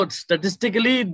statistically